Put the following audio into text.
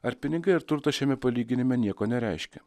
ar pinigai ir turtas šiame palyginime nieko nereiškia